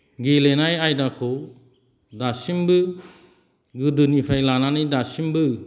गेलेनाय आयदाखौ दासिमबो गोदोनिफ्राय लानानै दासिमबो